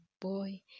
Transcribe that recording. boy